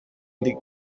ndi